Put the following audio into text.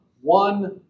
one